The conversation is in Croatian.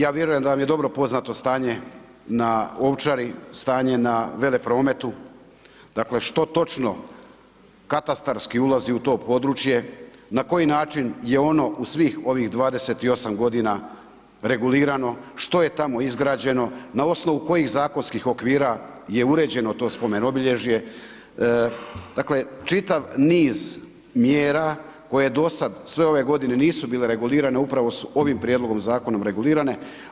Ja vjerujem da vam je dobro poznato stanje na Ovčari, stanje na Veleprometu, dakle što točno katastarski ulazi u to područje, na koji način je ono u svih ovih 28 godina regulirano, što je tamo izgrađeno, na osnovu kojih zakonskih okvira je uređeno to spomen obilježje, dakle čitav niz mjera koje do sada sve ove godine nisu bile regulirane upravo su ovim prijedlogom zakona regulirane.